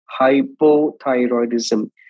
hypothyroidism